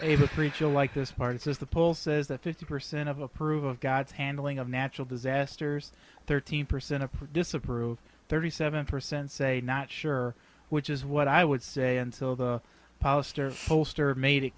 rachel like this martin says the poll says that fifty percent of approve of god handling of natural disasters thirteen percent of disapprove thirty seven percent say not sure which is what i would say until the posters poster made it